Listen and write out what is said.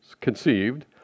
conceived